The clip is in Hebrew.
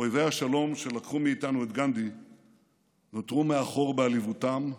אויבי השלום שלקחו מאיתנו את גנדי נותרו מאחור בעליבותם,